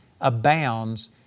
abounds